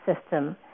system